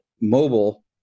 mobile